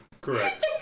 Correct